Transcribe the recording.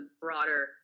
broader